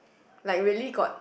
like really got